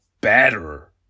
better